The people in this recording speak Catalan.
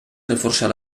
reforçar